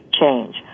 change